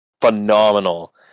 phenomenal